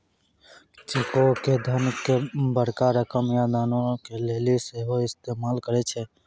चेको के धन के बड़का रकम या दानो के लेली सेहो इस्तेमाल करै छै